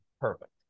perfect